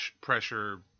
pressure